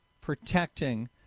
protecting